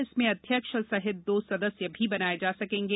इसमें अध्यक्ष सहित दो सदस्य भी बनाये जा सकेंगे